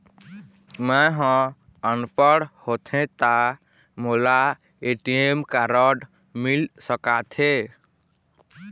मैं ह अनपढ़ होथे ता मोला ए.टी.एम कारड मिल सका थे?